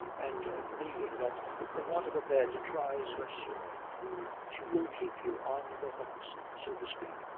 and agree that the want of a bed tries her sore she will keep you on the hooks, so to speak,